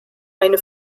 eine